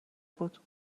بود